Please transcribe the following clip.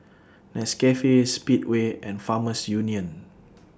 Nescafe Speedway and Farmers Union